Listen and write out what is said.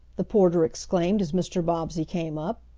the porter exclaimed as mr. bobbsey came up.